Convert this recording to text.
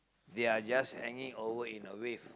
they are just hanging over in a wave